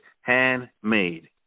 handmade